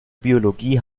biologie